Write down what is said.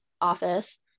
office